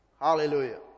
Hallelujah